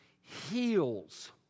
heals